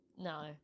No